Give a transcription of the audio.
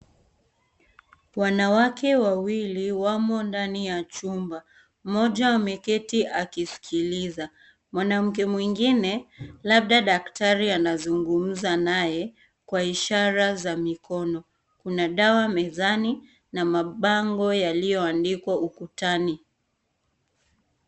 Wanawake wawili wamo ndani ya chumba, mmoja ameketi akisikiliza. Mwanamke mwingine labda daktari anazungumza naye kwa ishara za mikono. Kuna dawa mezani na mabango yaliyoandikwa ukutani.